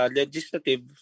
legislative